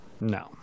No